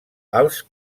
als